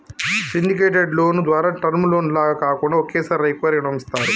syndicated loan ద్వారా term loan లాగా కాకుండా ఒకేసారి ఎక్కువ రుణం ఇస్తారు